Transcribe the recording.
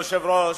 אדוני היושב-ראש,